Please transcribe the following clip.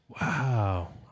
Wow